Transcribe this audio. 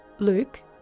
Luke